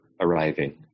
arriving